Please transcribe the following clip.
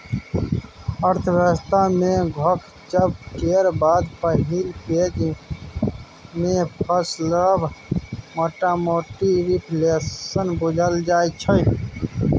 अर्थव्यवस्था मे घोकचब केर बाद पहिल फेज मे पसरब मोटामोटी रिफ्लेशन बुझल जाइ छै